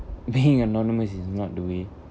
being anonymous is not the way